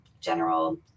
general